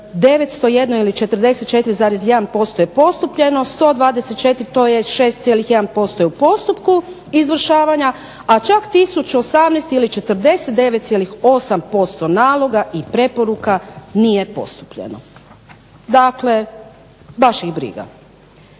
901 ili 44,1% je postupljeno, a 124 to je 6,1% je u postupku izvršavanja, a čak 1018 ili 49,8% naloga i preporuka nije postupljeno. Dakle, baš ih briga.